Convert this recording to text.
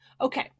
Okay